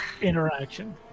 interaction